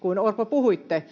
puhuitte